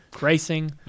racing